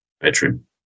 bedroom